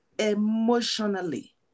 emotionally